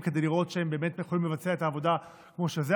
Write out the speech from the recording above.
כדי לראות אם הם באמת יכולים לבצע את העבודה כמו שזה.